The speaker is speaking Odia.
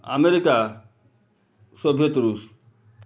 ଆମେରିକା ସୋଭିଏତ୍ ରୁଷ୍